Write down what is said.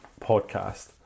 podcast